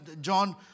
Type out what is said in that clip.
John